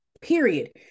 period